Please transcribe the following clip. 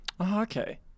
okay